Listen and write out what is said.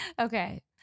Okay